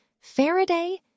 Faraday